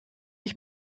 ich